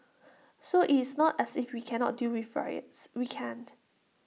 so it's not as if we cannot deal with riots we can't